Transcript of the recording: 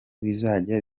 bizajya